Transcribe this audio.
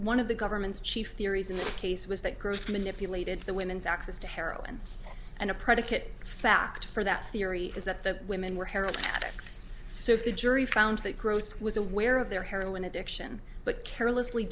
one of the government's chief theories in this case was that gross manipulated the women's access to heroin and a predicate fact for that theory is that the women were heroin addicts so if the jury found that gross was aware of their heroin addiction but carelessly